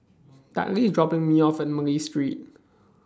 Dudley IS dropping Me off At Malay Street